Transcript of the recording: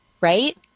right